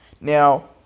Now